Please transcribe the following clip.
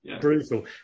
brutal